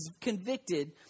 convicted